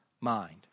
mind